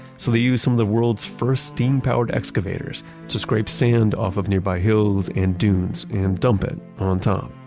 so they use some of the world's first steam powered excavators to scrape sand off of nearby hills and dunes and dump it on top.